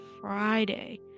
Friday